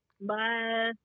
Bye